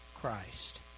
Christ